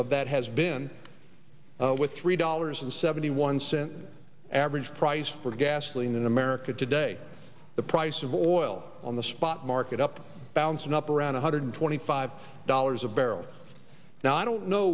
of that has been with three dollars and seventy one cent average price for gasoline in america today the price of oil on the spot market up bouncing up around one hundred twenty five dollars a barrel now i don't know